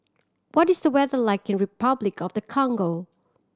what is the weather like in Repuclic of the Congo